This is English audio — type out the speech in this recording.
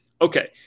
Okay